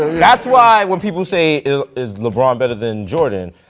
that's why when people say, is lebron better than jordan,